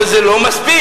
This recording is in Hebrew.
אבל זה לא מספיק.